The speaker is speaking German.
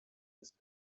ist